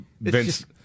Vince